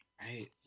Right